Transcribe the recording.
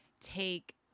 take